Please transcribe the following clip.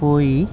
कोई